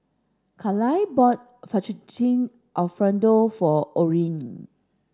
Kaila bought Fettuccine Alfredo for Orrin